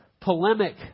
polemic